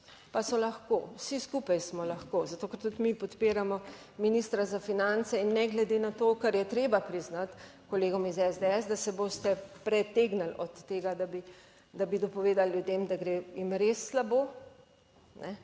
Pa so lahko. Vsi skupaj smo lahko zato, ker tudi mi podpiramo ministra za finance, in ne glede na to kar je treba priznati kolegom iz SDS, da se boste pretegnili od tega, da bi, da bi dopovedali ljudem, da gre jim je res slabo,